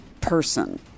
person